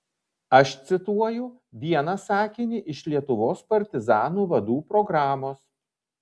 aš cituoju vieną sakinį iš lietuvos partizanų vadų programos